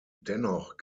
dennoch